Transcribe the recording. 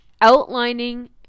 outlining